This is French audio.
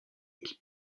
ils